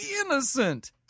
innocent